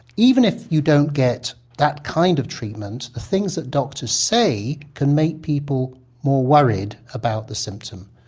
even if you don't get that kind of treatment the things that doctors say can make people more worried about the symptom.